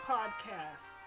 Podcast